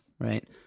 right